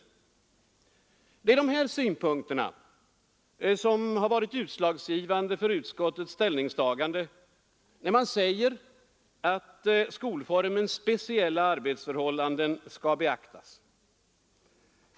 Det är de här synpunkterna som har varit utslagsgivande för utskottets ställningstagande att skolformens speciella arbetsförhållanden skall beaktas.